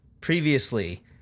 Previously